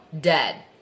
Dead